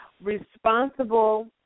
Responsible